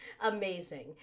amazing